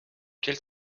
quel